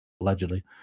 allegedly